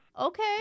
Okay